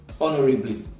honorably